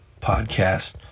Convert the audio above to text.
Podcast